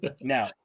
Now